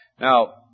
Now